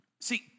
see